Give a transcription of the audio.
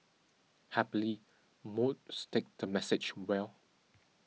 happily most take the message well